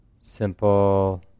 simple